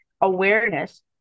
awareness